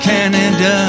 Canada